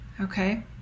Okay